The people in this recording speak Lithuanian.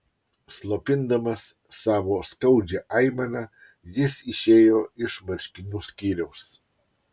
slopindamas savo skaudžią aimaną jis išėjo iš marškinių skyriaus